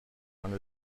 found